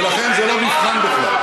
לכן, זה לא מבחן בכלל.